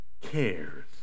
cares